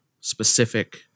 specific